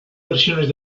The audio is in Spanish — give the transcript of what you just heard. versiones